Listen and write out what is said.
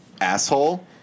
asshole